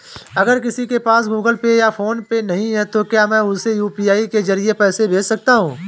अगर किसी के पास गूगल पे या फोनपे नहीं है तो क्या मैं उसे यू.पी.आई के ज़रिए पैसे भेज सकता हूं?